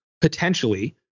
potentially